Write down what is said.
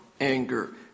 anger